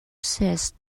says